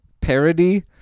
parody